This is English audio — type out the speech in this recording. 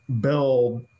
build